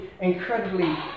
incredibly